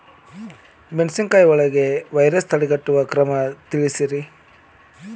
ಮೆಣಸಿನಕಾಯಿ ಬೆಳೆಗೆ ವೈರಸ್ ತಡೆಗಟ್ಟುವ ಕ್ರಮ ತಿಳಸ್ರಿ